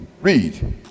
Read